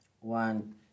one